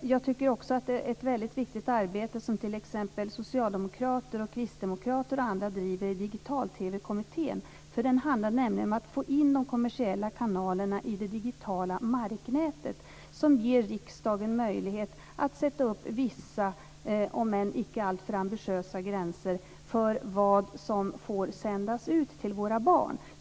Jag tycker också att det är ett väldigt viktigt arbete som t.ex. socialdemokrater och kristdemokrater och andra driver i Digital-TV kommittén. Den handlar nämligen om att få in de kommersiella kanalerna i det digitala marknätet, som ger riksdagen möjlighet att sätta upp vissa, om än icke alltför ambitiösa, gränser för vad som får sändas ut till våra barn.